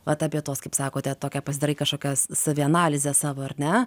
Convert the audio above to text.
vat apie tuos kaip sakote tokią pasidarai kažkokią s savianalizę savo ar ne